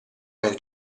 nel